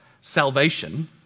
salvation